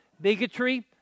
bigotry